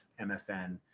MFN